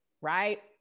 right